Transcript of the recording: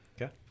Okay